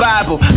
Bible